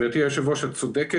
גברתי היושבת ראש, את צודקת.